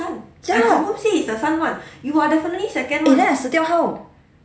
ya eh then I second how